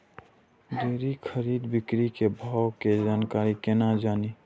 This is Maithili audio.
डेली खरीद बिक्री के भाव के जानकारी केना जानी?